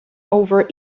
over